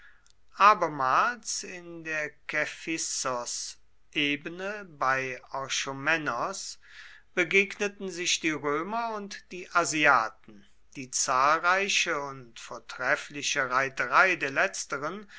abermals in der kephissosebene bei orchomenos begegneten sich die römer und die asiaten die zahlreiche und vortreffliche reiterei der letzteren